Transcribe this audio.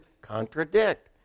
contradict